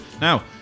Now